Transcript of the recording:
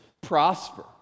prosper